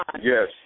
Yes